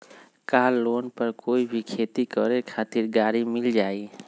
का लोन पर कोई भी खेती करें खातिर गरी मिल जाइ?